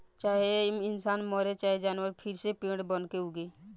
चाहे इंसान मरे चाहे जानवर फिर से पेड़ बनके उगी